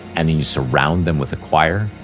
and then you surround them with a choir,